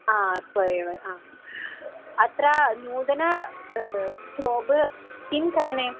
हा अस्व एव आ अत्र नूतनं जोब् किं करणीयम्